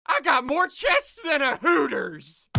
i got more chests than a hooters